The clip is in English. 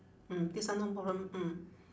mm this one no problem mm